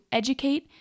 educate